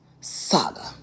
saga